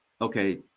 Okay